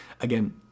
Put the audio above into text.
again